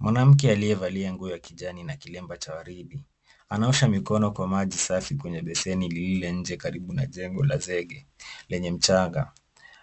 Mwanamke aliyevalia nguo ya kijani na kilemba cha waridi anaosha mikono kwa maji safi kwenye beseni lililo nje karibu na jengo la zege lenye mchanga.